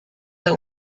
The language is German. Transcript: der